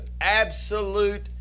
absolute